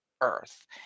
Earth